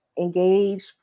engage